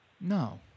No